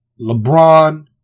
LeBron